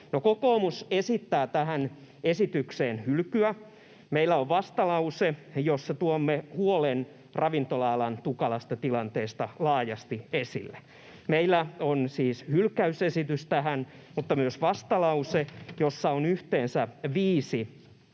kokoomus esittää tähän esitykseen hylkyä. Meillä on vastalause, jossa tuomme huolen ravintola-alan tukalasta tilanteesta laajasti esille. Meillä on tähän siis hylkäysesitys mutta myös vastalause, jossa on yhteensä viisi